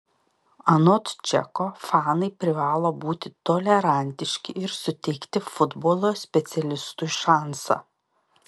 anot čeko fanai privalo būti tolerantiški ir suteikti futbolo specialistui šansą